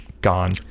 gone